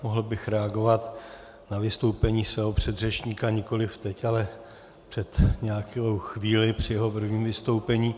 Mohl bych reagovat na vystoupení svého předřečníka nikoliv teď, ale před nějakou chvílí při jeho prvním vystoupení.